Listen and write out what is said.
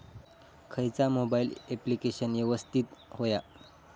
खयचा mobile application यवस्तित होया?